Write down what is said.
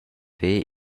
ver